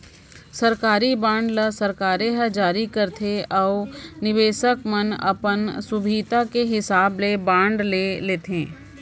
सरकारी बांड ल सरकारे ह जारी करथे अउ निबेसक मन अपन सुभीता के हिसाब ले बांड ले लेथें